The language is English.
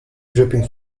dripping